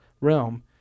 realm